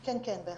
כן, בהחלט.